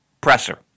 presser